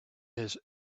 his